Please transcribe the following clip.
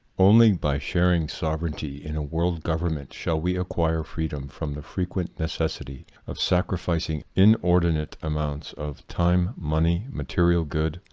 only by sharing sovereignty in a world government shall we acquire freedom from the frequent necessity of sacrificing inordinate amounts of time, money, material good,